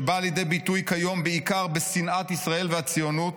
שבאה לידי ביטוי כיום בעיקר בשנאת ישראל והציונות,